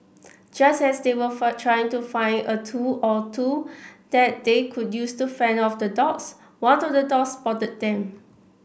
just as they were trying to find a tool or two that they could use to fend off the dogs one of the dogs spotted them